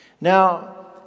Now